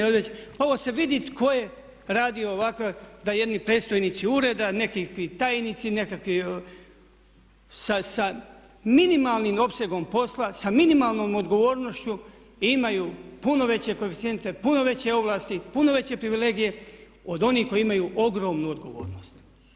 Ovo se vidi tko je radio ovakav, da jedni predstojnici ureda, nekakvi tajnici, nekakvi sa minimalnim opsegom posla, sa minimalnom odgovornošću imaju puno veće koeficijente, puno veće ovlasti, puno veće privilegije od onih koji imaju ogromnu odgovornost.